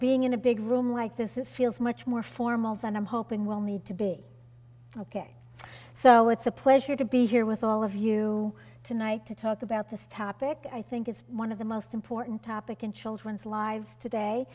being in a big room like this it feels much more formal than i'm hoping will need to be ok so it's a pleasure to be here with all of you tonight to talk about this topic i think is one of the most important topic in children's lives today